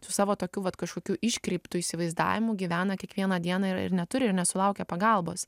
su savo tokiu vat kažkokiu iškreiptu įsivaizdavimu gyvena kiekvieną dieną ir neturi ir nesulaukia pagalbos